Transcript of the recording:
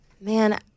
Man